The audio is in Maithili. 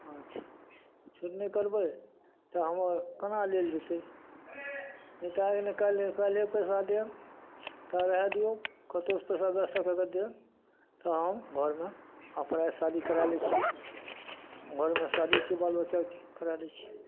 अच्छा छूट नहि करबै तऽ हमर कना लेल जेतै नहि तऽ आइ नहि काल्हिए काल्हिए पैसा देब ताबे रहे दियौ कतहुँसँ पैसा बेवस्था कए कऽ देब तऽ हम घरमे शादी कराए लै छियै घरमे शादी छियै बाल बच्चाके कराए लै छियै